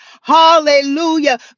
hallelujah